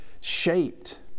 shaped